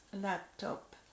laptop